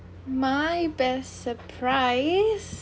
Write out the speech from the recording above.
my best surprise